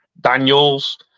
Daniels